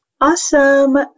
awesome